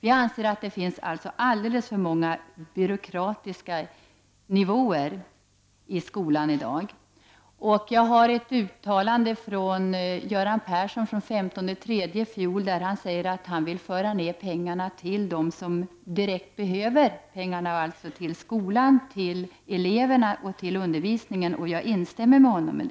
I ett uttalande den 13 mars i fjol säger Göran Persson att han vill föra ner pengarna till dem som direkt behöver dem, dvs. till skolan, till eleverna och till undervisningen. Jag instämmer med honom i det.